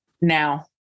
now